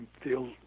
feel